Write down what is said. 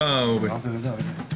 תודה, אורי.